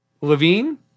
Levine